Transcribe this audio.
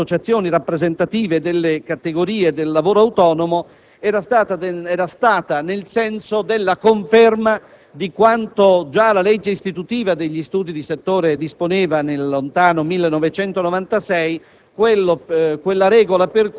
2006 alle associazioni rappresentative delle categorie del lavoro autonomo era stata nel senso della conferma di quanto già la legge istitutiva degli studi di settore disponeva nel lontano 1996: